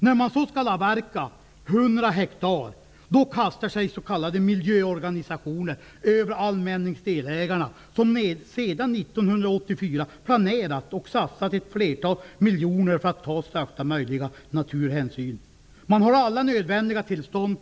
När man så skall avverka 100 hektar kastar sig s.k. miljöorganisationer över allmänningsdelägarna, som sedan 1984 har satsat ett flertal miljoner för att ta största möjliga naturhänsyn. Man har alla nödvändiga tillstånd.